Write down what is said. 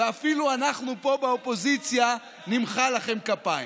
ואפילו אנחנו פה באופוזיציה נמחא לכם כפיים.